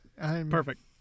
Perfect